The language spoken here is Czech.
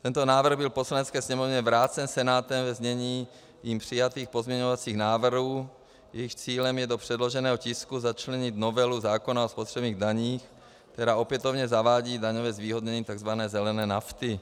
Tento návrh byl Poslanecké sněmovně vrácen Senátem ve znění jím přijatých pozměňovacích návrhů, jejichž cílem je do předloženého tisku začlenit novelu zákona o spotřebních daních, která opětovně zavádí daňové zvýhodnění takzvané zelené nafty.